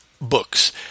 books